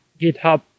GitHub